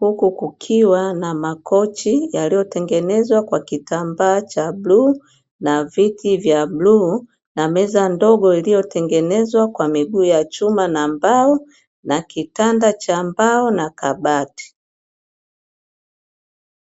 huku kukiwa na makochi yaliyotengenezwa kwa kitambaa cha bluu, na viti vya bluu, na meza ndogo iliyotengenezwa kwa miguu ya chuma na mbao, na kitanda cha mbao na kabati.